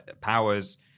powers